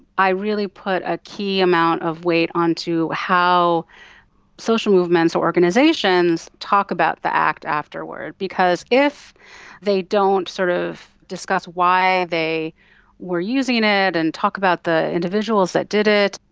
i really put a key amount of weight onto how social movements or organisations talk about the act afterward, because if they don't sort of discuss why they were using it and talk about the individuals that did it,